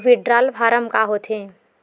Withdrawal form का होथे?